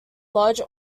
lodge